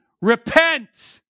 Repent